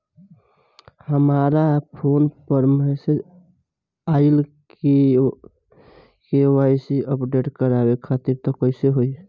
हमरा फोन पर मैसेज आइलह के.वाइ.सी अपडेट करवावे खातिर त कइसे होई?